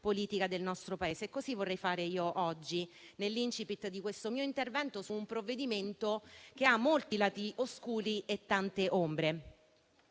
politica del nostro Paese e così vorrei fare io oggi nell'*incipit* di questo mio intervento su un provvedimento che ha molti lati oscuri e tante ombre.